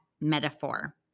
metaphor